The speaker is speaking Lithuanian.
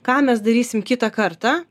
ką mes darysim kitą kartą